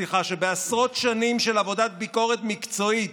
שבעשרות שנים של עבודת ביקורת מקצועית,